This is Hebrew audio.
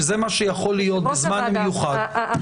שזה מה שיכול להיות בזמן מיוחד,